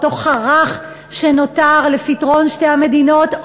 אותו חרך שנותר לפתרון שתי המדינות,